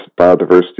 biodiversity